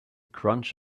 crunch